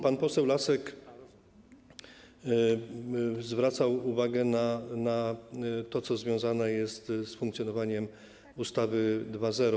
Pan poseł Lasek zwracał uwagę na to, co związane jest z funkcjonowaniem ustawy 2.0.